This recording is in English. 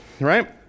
right